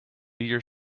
your